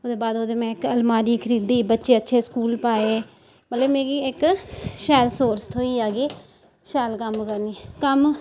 ओह्दे बाद मैं इक अल्मारी खरीदी बच्चे अच्छे स्कूल पाए मतलब मिगी इक्क शैल सोर्स थ्होई गेआ कि शैल कम्म करना कम्म